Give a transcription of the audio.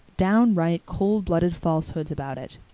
downright coldblooded falsehoods about it.